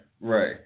right